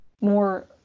more